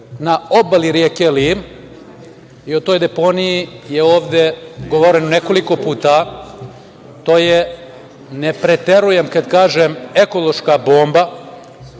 na obali reke Lim i o toj deponiji je ovde govoreno nekoliko puta. To je, ne preterujem kad kažem, ekološka bomba,